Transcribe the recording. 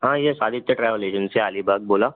हां yes Aditya travel agency Alibag बोला